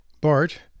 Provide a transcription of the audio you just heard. Bart